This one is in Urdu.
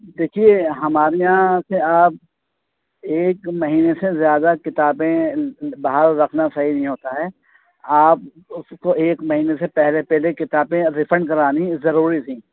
دیکھیے ہمارے یہاں سے آپ ایک مہینے سے زیادہ کتابیں باہر رکھنا صحیح نہیں ہوتا ہے آپ اس کو ایک مہینہ سے پہلے پہلے کتابیں ریفنڈ کرانی ضروری تھیں